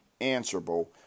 answerable